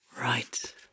Right